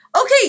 Okay